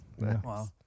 Wow